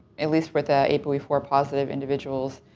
at least for the apoe four positive individuals,